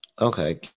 okay